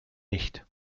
nicht